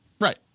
right